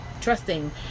trusting